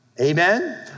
amen